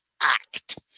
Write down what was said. act